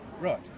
Right